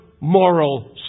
moral